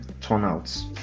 turnouts